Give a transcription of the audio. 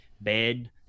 bed